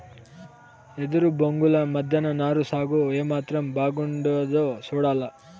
ఎదురు బొంగుల మద్దెన నారు సాగు ఏమాత్రం బాగుండాదో సూడాల